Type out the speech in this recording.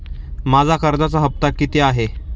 माझा कर्जाचा हफ्ता किती आहे?